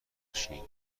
بشین